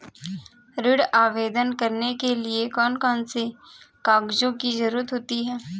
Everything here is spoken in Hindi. ऋण आवेदन करने के लिए कौन कौन से कागजों की जरूरत होती है?